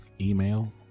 email